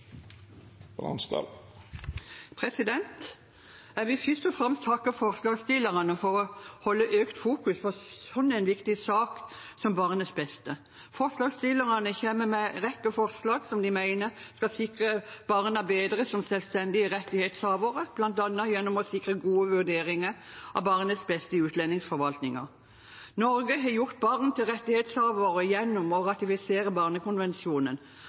Jeg vil først og fremst takke forslagsstillerne for å ha en økt fokusering på en slik viktig sak som barnets beste. Forslagsstillerne kommer med en rekke forslag som de mener skal sikre barna bedre som selvstendige rettighetshavere, bl.a. gjennom å sikre gode vurderinger av barnets beste i utlendingsforvaltningen. Norge har gjort barn til rettighetshavere gjennom å ratifisere barnekonvensjonen,